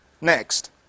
next